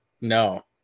no